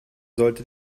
sollte